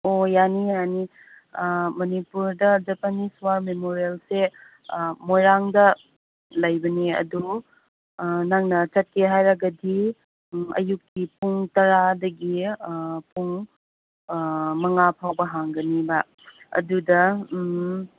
ꯑꯣ ꯌꯥꯅꯤ ꯌꯥꯥꯅꯤ ꯃꯅꯤꯄꯨꯔꯗ ꯖꯄꯥꯅꯤꯁ ꯋꯥꯔ ꯃꯦꯃꯣꯔꯦꯜꯁꯦ ꯃꯣꯏꯔꯥꯡꯗ ꯂꯩꯕꯅꯤ ꯑꯗꯨ ꯅꯪꯅ ꯆꯠꯀꯦ ꯍꯥꯏꯔꯒꯗꯤ ꯑꯌꯨꯛꯀꯤ ꯄꯨꯡ ꯇꯔꯥꯗꯒꯤ ꯄꯨꯡ ꯃꯉꯥ ꯐꯥꯎꯕ ꯍꯥꯡꯒꯅꯤꯕ ꯑꯗꯨꯗ